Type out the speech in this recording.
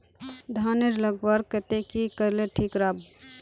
धानेर लगवार केते की करले ठीक राब?